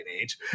age